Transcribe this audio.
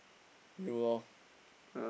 you orh